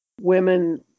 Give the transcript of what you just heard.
women